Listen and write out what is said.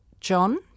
John